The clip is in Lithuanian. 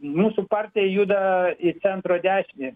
mūsų partija juda į centro dešinę